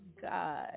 God